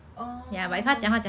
oh